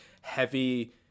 heavy